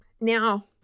Now